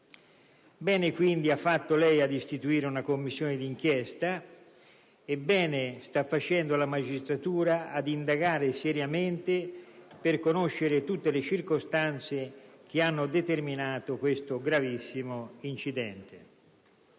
lei, ministro Matteoli, ad istituire una commissione d'inchiesta e bene sta facendo la magistratura ad indagare seriamente per conoscere tutte le circostanze che hanno determinato questo gravissimo incidente.